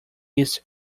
east